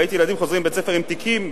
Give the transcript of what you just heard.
ראיתי ילדים חוזרים מבית-ספר עם תיקים,